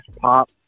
pop